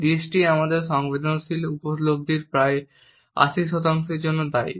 দৃষ্টি আমাদের সংবেদনশীল উপলব্ধির প্রায় 80 শতাংশের জন্য দায়ী